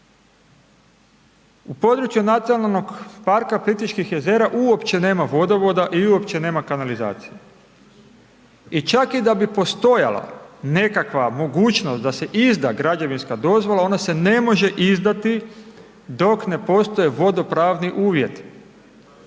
U području Nacionalnog parka Plitvičkih jezera uopće nema vodovoda i uopće nema kanalizacije i čak i da bi postojala nekakva mogućnost da se izda građevinska dozvola ona se ne može izdati dok ne postoje vodopravni uvjeti,